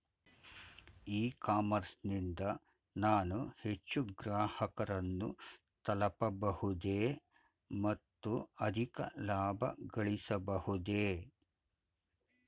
E commerce ನಿಂದ ನಾನು ಹೆಚ್ಚು ಗ್ರಾಹಕರನ್ನು ತಲುಪಬಹುದೇ ಮತ್ತು ಅಧಿಕ ಲಾಭಗಳಿಸಬಹುದೇ?